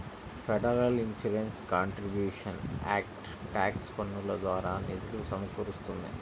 federal insurance contributions act tax పన్నుల ద్వారా నిధులు సమకూరుస్తుంది